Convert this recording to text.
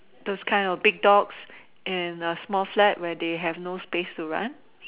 those kind of big dogs in a small flat where they have no space to run